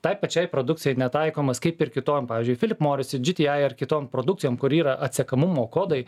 tai pačiai produkcijai netaikomas kaip ir kitom pavyzdžiui philip morris ir dži ti ai ar kitom produkcijom kur yra atsekamumo kodai